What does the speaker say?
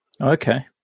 okay